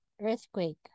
earthquake